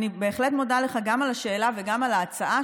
אני בהחלט מודה לך גם על השאלה וגם על ההצעה,